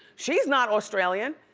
she's not australian.